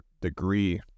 degree